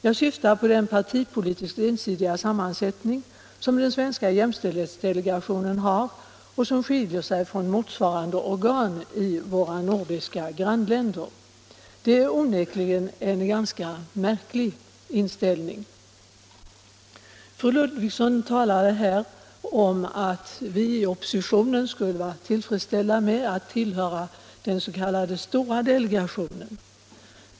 Jag syftar på den partipolitiskt ensidiga sammansättning som den svenska jämställdhetsdelegationen har och som skiljer sig från motsvarande organ i våra nordiska grannländer. Det är onekligen en ganska märklig inställning. Fru Ludvigsson talade här om att vi i oppositionen skulle vara tillfredsställda med att tillhöra den s.k. stora delegationen.